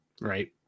Right